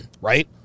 right